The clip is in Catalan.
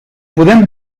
podem